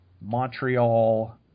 Montreal